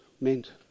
meant